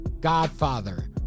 Godfather